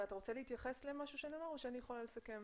אתה רוצה להתייחס למשהו שנאמר או שאני יכולה לסכם?